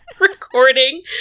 recording